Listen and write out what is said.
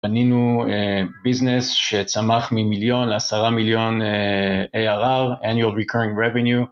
בנינו ביזנס שצמח ממיליון לעשרה מיליון ARR, Annual recurring revenue